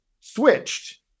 switched